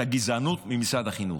את הגזענות ממשרד החינוך.